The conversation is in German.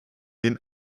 den